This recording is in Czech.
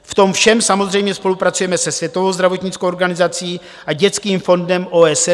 V tom všem samozřejmě spolupracujeme se Světovou zdravotnickou organizací a Dětským fondem OSN.